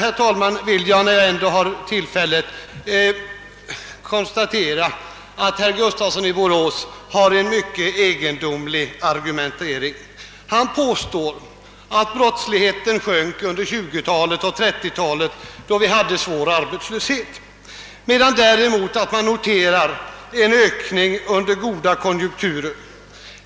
Sedan vill jag, herr talman, när jag ändå har tillfälle till det, konstatera att herr Gustafssons i Borås argumentering var mycket underlig. Han påstår att brottsligheten sjönk under 1920-talet och 1930-talet, då det rådde svår arbetslöshet, medan man kan notera en ökning under goda konjunkturer.